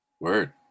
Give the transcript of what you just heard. word